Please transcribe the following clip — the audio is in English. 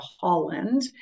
Holland